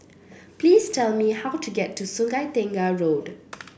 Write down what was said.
please tell me how to get to Sungei Tengah Road